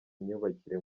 imyubakire